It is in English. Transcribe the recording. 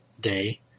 day